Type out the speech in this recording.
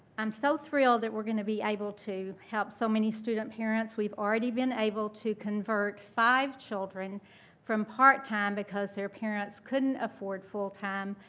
i'm so thrilled that we're going to be able to help so many student-parents. we've already been able to convert five children from part-time because their parents couldn't afford full-time,